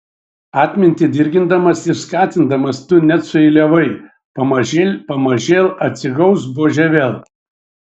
atmintį dirgindamas ir skatindamas tu net sueiliavai pamažėl pamažėl atsigaus buožė vėl